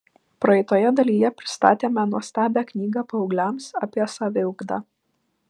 praeitoje dalyje pristatėme nuostabią knygą paaugliams apie saviugdą